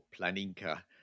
Planinka